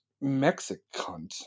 Mexican